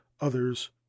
others